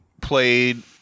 played